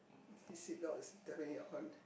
his seatbelt is definitely on